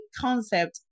concept